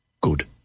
good